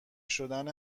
شدن